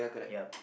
yup